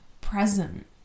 present